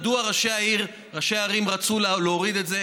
מדוע ראשי ערים רצו להוריד את זה?